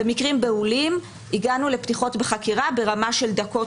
במקרים בהולים הגענו לפתיחות בחקירה ברמה של דקות,